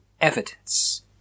evidence